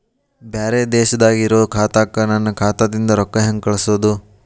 ಬ್ಯಾರೆ ದೇಶದಾಗ ಇರೋ ಖಾತಾಕ್ಕ ನನ್ನ ಖಾತಾದಿಂದ ರೊಕ್ಕ ಹೆಂಗ್ ಕಳಸೋದು?